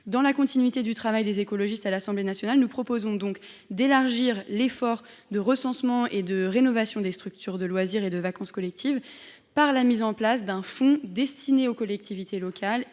Dans la continuité du travail des écologistes à l’Assemblée nationale, nous proposons d’étendre l’effort de recensement et de rénovation des structures de loisirs et de vacances collectives en mettant en place un fonds destiné aux collectivités locales